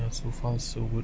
so far so good